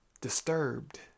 disturbed